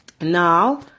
Now